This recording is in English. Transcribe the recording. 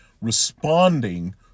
responding